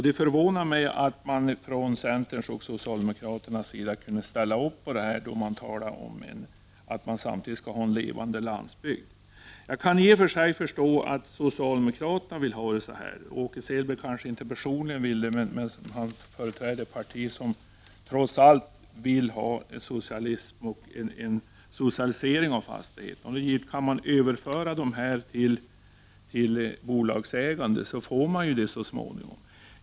Det förvånar mig att man från centerns och socialdemokraternas sida ställer upp på detta, då man samtidigt talar om att vi skall ha en levande landsbygd. Jag kan i och för sig förstå att socialdemokraterna vill ha det så här. Åke Selberg kanske inte personligen vill det, men han företräder ett parti som trots allt vill ha socialism och en socialisering av fastigheter. Om man kan överföra fastigheter till bolagsägande får man ju det så småningom.